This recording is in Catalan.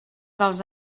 dels